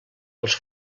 els